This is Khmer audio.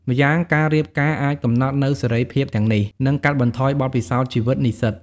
ម្យ៉ាងការរៀបការអាចកំណត់នូវសេរីភាពទាំងនេះ និងកាត់បន្ថយបទពិសោធន៍ជីវិតនិស្សិត។